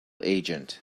agent